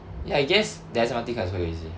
I guess that's one of the thing is quite easy